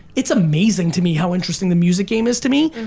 it's amazing to me how interesting the music game is to me.